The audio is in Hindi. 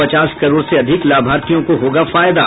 पचास करोड़ से अधिक लाभार्थियों को होगा फायदा